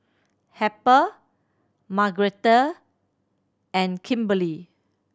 Harper Margretta and Kimberlee